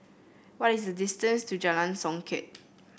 what is the distance to Jalan Songket